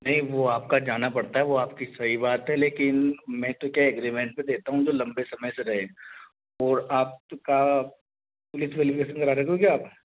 नहीं वो आपका जाना पड़ता है वो आपकी सही बात है लेकिन मैं तो क्या एग्रीमेंट पे देता हूँ जो लंबे समय से रहे और आपका पुलिस वेरिफिकेशन हो क्या आप